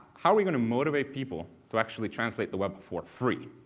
how are we going to motivate people to actually translate the web but for free?